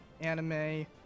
anime